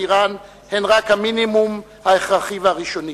אירן היא רק המינימום ההכרחי והראשוני.